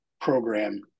program